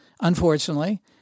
unfortunately